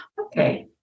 Okay